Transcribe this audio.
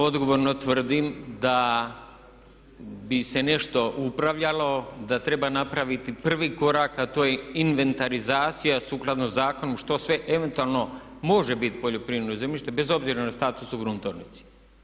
Odgovorno tvrdim da bi se nešto upravljalo da treba napraviti prvi korak, a to je inventarizacija sukladno zakonu što sve eventualno može biti poljoprivredno zemljište bez obzira na status u gruntovnici.